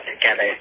together